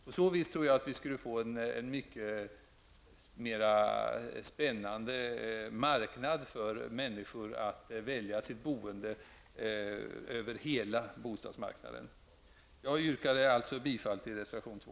Om människor på så vis fick möjlighet att välja sitt boende på hela bostadsmarknaden tror jag att vi skulle få en mycket mer spännande marknad. Jag yrkar alltså bifall till reservation 2.